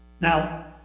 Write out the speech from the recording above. Now